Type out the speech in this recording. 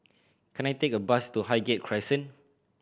can I take a bus to Highgate Crescent